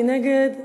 מי נגד?